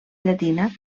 llatina